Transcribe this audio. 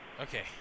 Okay